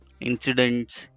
incidents